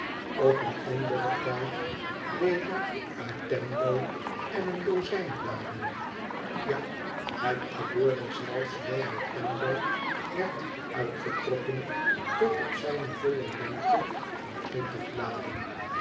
op een anderen tijd weder uit twemlow en een dozijn bladen ja het gebeurde zelfs wel dat twemlow werd uitgetrokken tot op zijne volle lengte vaor twintig bladen